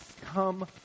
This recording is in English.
Come